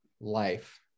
life